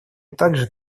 также